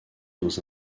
dans